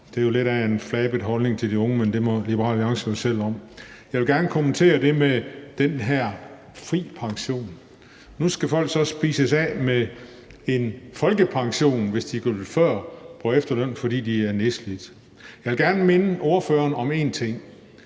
Det er lidt af en flabet holdning til de unge, men det må Liberal Alliance jo selv om. Jeg vil gerne kommentere det med den her fri pension. Nu skal folk så spises af med en folkepension, hvis de går på efterløn før, fordi de er nedslidte. Jeg vil gerne minde ordføreren om en ting.